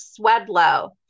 Swedlow